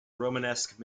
romanesque